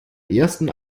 ersten